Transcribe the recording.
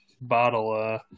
bottle